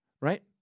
right